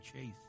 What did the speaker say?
chase